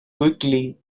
quickly